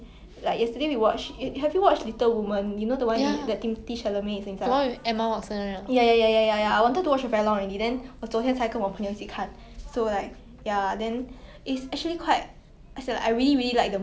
ya I read the book and I watched the show also orh